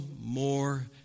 more